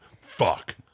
fuck